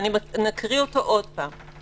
ונקריא אותו עוד פעם.